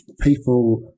people